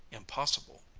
impossible.